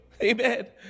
Amen